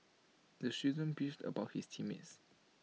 the student beefed about his team mates